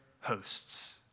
hosts